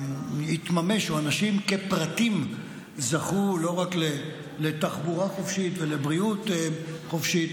אנשים כפרטיים זכו לא רק לתחבורה חופשית ולבריאות חופשית,